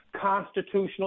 constitutional